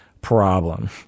problem